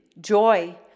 joy